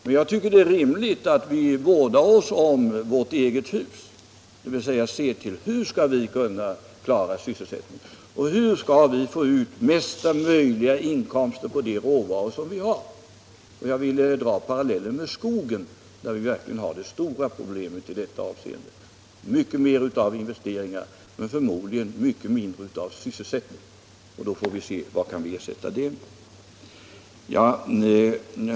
Men jag tycker det är rimligt att vi vårdar oss om vårt eget hus, dvs. ser till hur vi skall kunna klara sysselsättningen och hur vi skall kunna få ut mesta möjliga inkomster på de råvaror som vi har. Jag vill dra parallellen med skogen, där vi verkligen har det stora problemet i detta avseende - mycket mer av investeringar men förmodligen mycket mindre av sysselsättning. Och då får vi se: Vad kan vi ersätta det med?